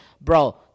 Bro